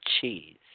Cheese